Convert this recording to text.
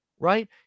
Right